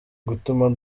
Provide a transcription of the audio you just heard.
gutuma